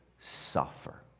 suffer